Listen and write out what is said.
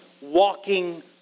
walking